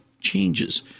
changes